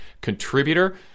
contributor